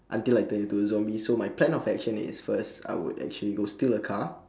until I turn into a zombie so my plan of action is first I would actually go steal a car